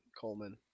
Coleman